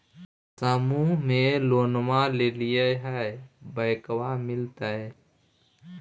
समुह मे लोनवा लेलिऐ है बैंकवा मिलतै?